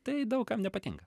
tai daug kam nepatinka